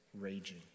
raging